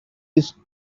these